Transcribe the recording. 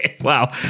wow